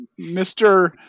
Mr